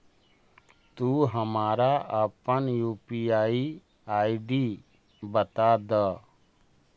तू हमारा अपन यू.पी.आई आई.डी बता दअ